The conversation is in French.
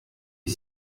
est